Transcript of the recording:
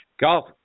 golf